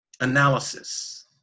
analysis